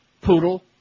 poodle